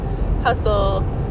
hustle